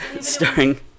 starring